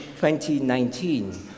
2019